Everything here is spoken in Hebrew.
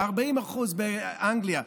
ו-40% באנגליה,